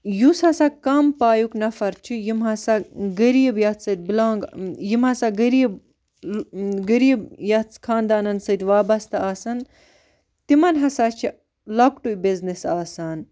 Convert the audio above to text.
یُس ہَسا کم پایُک نَفَر چھُ یِم ہَسا غریب یَتھ سۭتۍ بِلانٛگ یِم ہَسا غریب غریب یَتھ خاندانن سۭتۍ وابَسطہ آسَن تِمَن ہَسا چھِ لَکٹٕے بِزنٮ۪س آسان